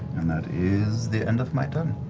and that is the end of my turn.